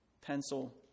pencil